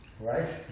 Right